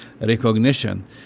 recognition